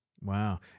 Wow